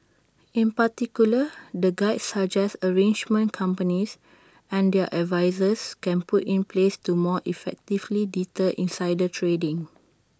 in particular the guide suggests arrangements companies and their advisers can put in place to more effectively deter insider trading